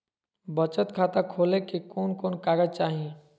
बचत खाता खोले ले कोन कोन कागज चाही?